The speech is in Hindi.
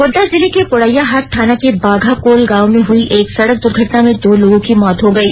गोड्डा जिले के पोड़ैयाहाट थाना के बाघाकोल गांव में हुई एक सड़क दुर्घटना में दो लोगों की मौत हो गई